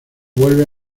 vuelve